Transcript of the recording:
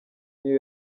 niyo